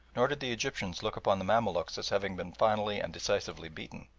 nor did the egyptians look upon the mamaluks as having been finally and decisively beaten.